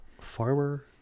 Farmer